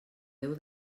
déu